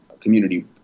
community